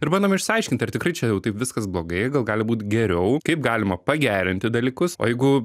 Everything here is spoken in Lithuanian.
ir bandome išsiaiškinti ar tikrai čia jau taip viskas blogai gal gali būt geriau kaip galima pagerinti dalykus o jeigu